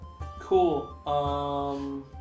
Cool